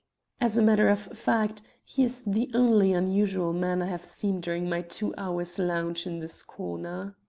as a matter of fact, he is the only unusual man i have seen during my two hours' lounge in this corner.